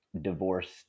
divorced